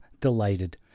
delighted